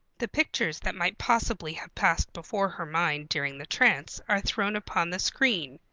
the pictures that might possibly have passed before her mind during the trance are thrown upon the screen.